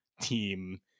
team